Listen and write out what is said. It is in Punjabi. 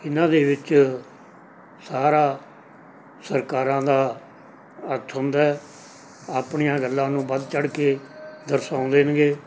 ਇਹਨਾਂ ਦੇ ਵਿੱਚ ਸਾਰਾ ਸਰਕਾਰਾਂ ਦਾ ਹੱਥ ਹੁੰਦਾ ਆਪਣੀਆਂ ਗੱਲਾਂ ਨੂੰ ਵੱਧ ਚੜ੍ਹ ਕੇ ਦਰਸਾਉਂਦੇ ਨਗੇ